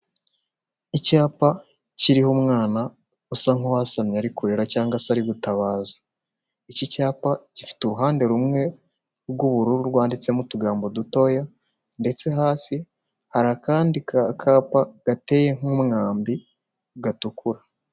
Icyapa kiriho umwana usa nk'uwasamye, ari kurera cyangwa se ari gutabaza. Iki cyapa gifite uruhande rumwe rw'ubururu, rwanditsemo utugambo dutoya, ndetse hasi hari akandi kapa gateye nk'umwambi, gatukura.